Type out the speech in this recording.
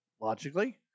logically